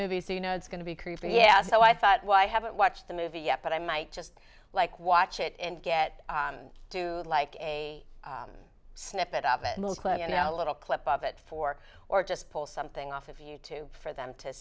movie so you know it's going to be creepy yeah so i thought well i haven't watched the movie yet but i might just like watch it and get to like a snippet of it a little clip of it for or just pull something off of you to for them to